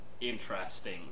interesting